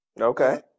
Okay